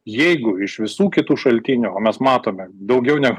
jeigu iš visų kitų šaltinių o mes matome daugiau negu